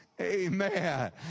Amen